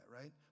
right